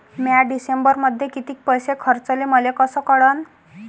म्या डिसेंबरमध्ये कितीक पैसे खर्चले मले कस कळन?